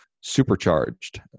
supercharged